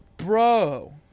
Bro